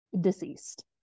deceased